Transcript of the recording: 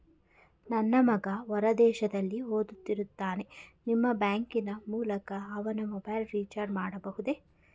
ನನ್ನ ಮಗ ಹೊರ ದೇಶದಲ್ಲಿ ಓದುತ್ತಿರುತ್ತಾನೆ ನಿಮ್ಮ ಬ್ಯಾಂಕಿನ ಮೂಲಕ ಅವನ ಮೊಬೈಲ್ ರಿಚಾರ್ಜ್ ಮಾಡಬಹುದೇ?